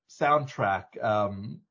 soundtrack